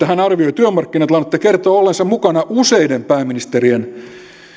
hän arvioi työmarkkinatilannetta kertoo olleensa mukana useiden pääministerien